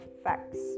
effects